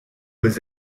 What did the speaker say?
was